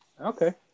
Okay